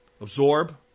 Absorb